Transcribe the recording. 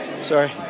Sorry